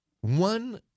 one